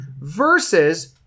Versus